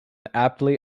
aptly